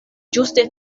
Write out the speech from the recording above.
ĝuste